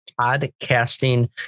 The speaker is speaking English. podcasting